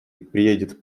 приедет